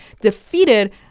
defeated